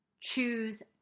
Choose